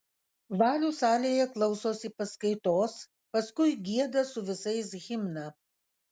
valius salėje klausosi paskaitos paskui gieda su visais himną